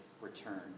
return